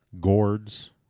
Gourds